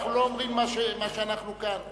אנחנו לא אומרים את מה שאנחנו אומרים כשאנחנו כאן.